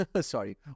sorry